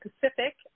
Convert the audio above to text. Pacific